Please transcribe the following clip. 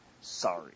sorry